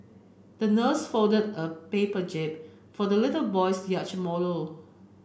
the nurse folded a paper jib for the little boy's yacht model